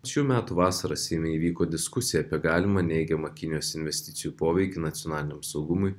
šių metų vasarą seime įvyko diskusija apie galimą neigiamą kinijos investicijų poveikį nacionaliniam saugumui